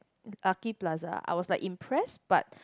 Lucky plaza I was like impressed but